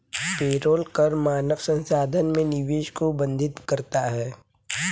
payroll कर मानव संसाधन में निवेश को बाधित करता है